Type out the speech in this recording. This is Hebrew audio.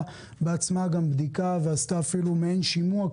בעצמה גם בדיקה ועשתה אפילו מעין שימוע,